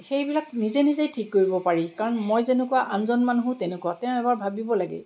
সেইবিলাক নিজে নিজে ঠিক কৰি ল'ব পাৰি কাৰণ মই যেনেকুৱা আনজন মানুহো তেনেকুৱা তেওঁ এবাৰ ভাবিব লাগে